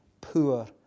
poor